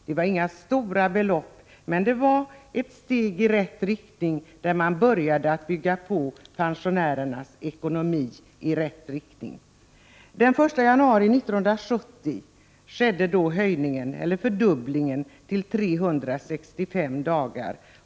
Det var inga större belopp men ett steg i rätt riktning för att bygga upp pensionärernas ekonomi. Den 1 januari 1970 skedde höjningen till 365 dagar.